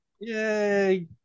yay